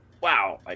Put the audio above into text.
wow